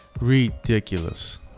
ridiculous